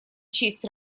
честь